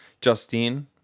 Justine